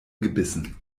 gebissen